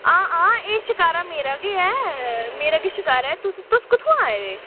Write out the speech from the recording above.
हां हां एह् शकारा मेरा गै ऐ मेरा गै शिकारा ऐ तुस तुस कुत्थुआं आए दे